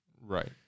Right